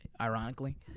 ironically